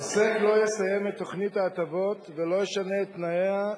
2. עוסק לא יסיים את תוכנית ההטבות ולא ישנה את תנאיה,